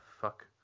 fuck